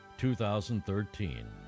2013